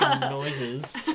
noises